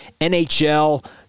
NHL